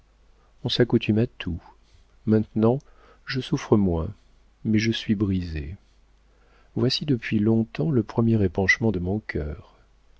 on s'accoutume à tout maintenant je souffre moins mais je suis brisée voici depuis longtemps le premier épanchement de mon cœur